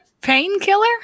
painkiller